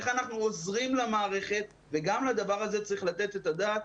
איך אנחנו עוזרים למערכת וגם לדבר הזה צריך לתת את הדעת.